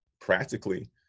practically